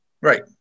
Right